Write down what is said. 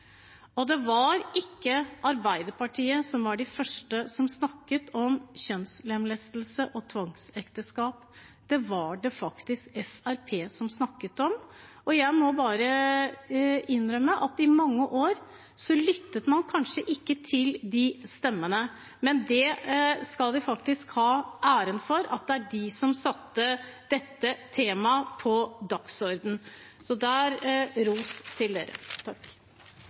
Det var ikke Arbeiderpartiet som var de første som snakket om kjønnslemlestelse og tvangsekteskap. Det var det faktisk Fremskrittspartiet som snakket om, og jeg må bare innrømme at i mange år lyttet man kanskje ikke til de stemmene, men det skal de faktisk ha æren for. Det var de som satte dette temaet på dagsordenen, så ros til dem for det. Skikkelige lønns-, arbeids- og pensjonsvilkår har vært og er